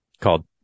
called